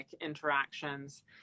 interactions